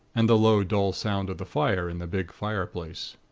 and the low, dull sound of the fire in the big fireplace.